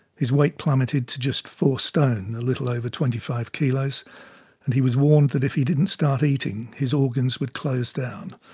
his weight plummeted to just four stone a little over twenty five kilos and he was warned that if he didn't start eating, his organs would close down.